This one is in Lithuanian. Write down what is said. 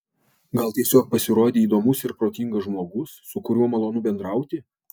gal tiesiog pasirodei įdomus ir protingas žmogus su kuriuo malonu bendrauti